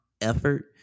effort